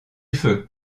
feu